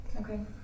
Okay